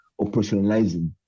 operationalizing